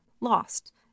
lost